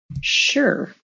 Sure